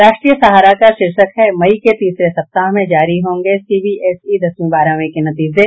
राष्ट्रीय सहारा का शीर्षक है मई के तीसरे सप्ताह में जारी होंगे सीबीएसई दसवीं बारहवीं के नतीजें